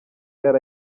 yari